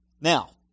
Now